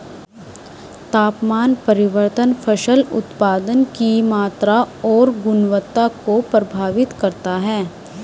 तापमान परिवर्तन फसल उत्पादन की मात्रा और गुणवत्ता को प्रभावित करता है